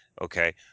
Okay